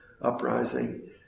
uprising